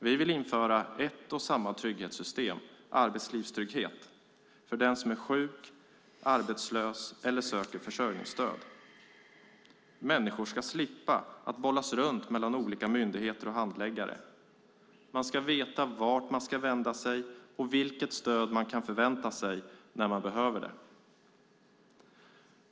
Vi vill införa ett och samma trygghetssystem - arbetslivstrygghet - för den som är sjuk, arbetslös eller söker försörjningsstöd. Människor ska slippa bollas runt mellan olika myndigheter och handläggare. Man ska veta vart man ska vända sig och vilket stöd man kan förvänta sig när man behöver det.